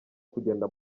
kugenda